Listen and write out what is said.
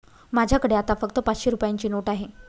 माझ्याकडे आता फक्त पाचशे रुपयांची नोट आहे